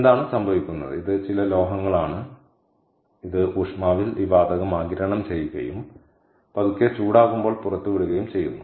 എന്താണ് സംഭവിക്കുന്നത് ഇത് ചില ലോഹങ്ങളാണ് ഇത് ഊഷ്മാവിൽ ഈ വാതകം ആഗിരണം ചെയ്യുകയും പതുക്കെ ചൂടാക്കുമ്പോൾ പുറത്തുവിടുകയും ചെയ്യുന്നു